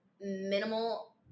minimal